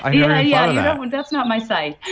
ah yeah yeah. that's not my site.